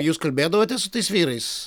jūs kalbėdavote su tais vyrais